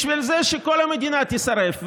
בשביל זה שכל המדינה תישרף,